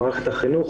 במערכת החינוך,